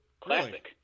Classic